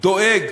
דואג